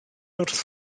wrth